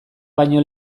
baino